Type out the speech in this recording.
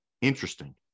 Interesting